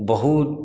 बहुत